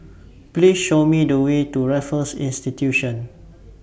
Please Show Me The Way to Raffles Institution